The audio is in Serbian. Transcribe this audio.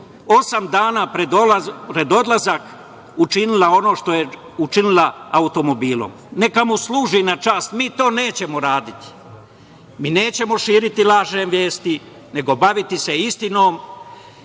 osam dana pred odlazak učinila je ono što je učinila automobilom. Neka mu služi na čast, mi to nećemo raditi. Mi nećemo širiti lažne vesti, nego baviti se istinom